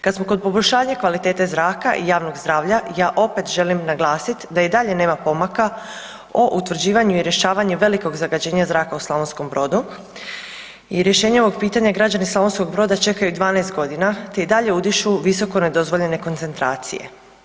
Kada smo kod poboljšanja kvalitete zraka i javnog zdravlja, ja opet želim naglasit da i dalje nema pomaka o utvrđivanju i rješavanju velikog zagađenja zraka u Slavonskom Brodu i rješenje ovog pitanja građani Slavonskog Broda čekaju 12 godina te i dalje udišu visoko nedozvoljene koncentracije.